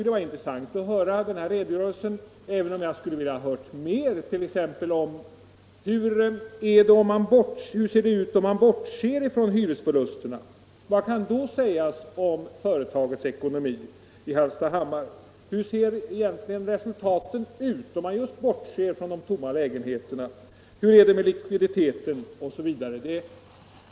Det var intressant att höra den här redogörelsen — även om jag skulle ha velat få veta mera. Om man t.ex. bortser från hyresförlusterna, vad kan då sägas om det allmännyttiga bostadsföretagets ekonomi i Hallstahammar? Hur ter sig resultaten, om man just bortser från de tomma lägenheterna? Hur är det med likviditeten, osv.?